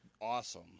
awesome